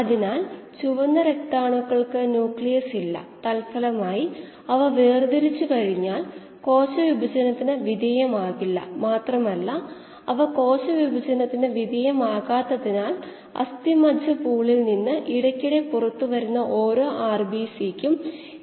അതിനാൽ ഒഴുക്കുകൾ ക്രമീകരിക്കാൻ കഴിയുന്നതുവരെ അത് സമാനമാകുന്നതിന് കുറച്ച് മണിക്കൂറുകൾ എടുത്തേക്കാം കൂടാതെ അവസ്ഥകൾ സ്ഥിരമായ അവസ്ഥയിലേക്ക് നീങ്ങുന്നതിന് ഇൻലറ്റിലും ഔട്ട്ലെറ്റിലും വ്യത്യാസങ്ങൾ ഉണ്ടാകും